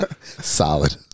solid